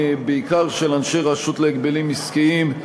בעיקר של אנשי הרשות להגבלים עסקיים,